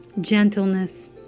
Gentleness